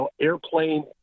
airplane